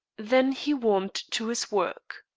then he warmed to his work.